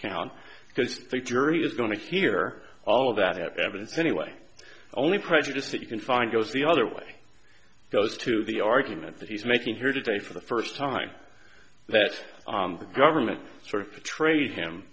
count because the jury is going to hear all of that evidence anyway only prejudice that you can find goes the other way goes to the argument that he's making here today for the first time that the government sort of to train him